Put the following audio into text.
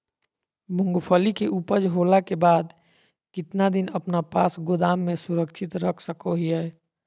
मूंगफली के ऊपज होला के बाद कितना दिन अपना पास गोदाम में सुरक्षित रख सको हीयय?